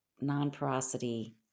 non-porosity